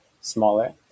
smaller